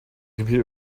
computer